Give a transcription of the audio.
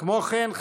כמו כן,